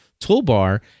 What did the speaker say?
toolbar